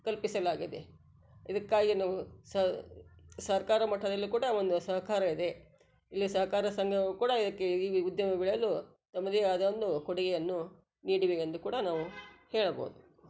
ಕಲ್ಪಿಸಲಾಗಿದೆ ಇದಕ್ಕಾಗಿ ನಾವು ಸರ್ಕಾರ ಮಟ್ಟದಲ್ಲಿ ಕೂಡ ಒಂದು ಸಹಕಾರ ಇದೆ ಇಲ್ಲಿ ಸಹಕಾರ ಸಂಘಗಳು ಕೂಡ ಇದಕ್ಕೆ ಈ ಈ ಉದ್ಯಮ ಬೆಳೆಯಲು ತಮ್ಮದೇ ಆದ ಒಂದು ಕೊಡುಗೆಯನ್ನು ನೀಡಿವೆ ಎಂದು ಕೂಡ ನಾವು ಹೇಳಬಹುದು